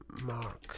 Mark